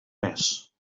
mes